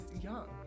young